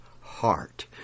heart